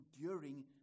enduring